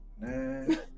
nine